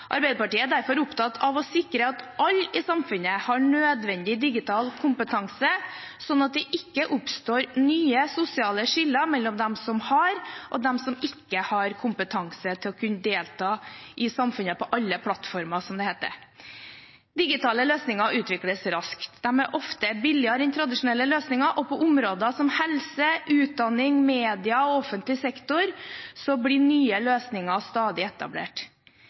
Arbeiderpartiet er derfor opptatt av å sikre at alle i samfunnet har nødvendig digital kompetanse, slik at det ikke oppstår nye sosiale skiller mellom dem som har og dem som ikke har kompetanse til å kunne delta i samfunnet på alle plattformer, som det heter. Digitale løsninger utvikles raskt. De er ofte billigere enn tradisjonelle løsninger, og på områder som helse, utdanning, media og offentlig sektor blir nye løsninger stadig etablert.